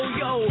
yo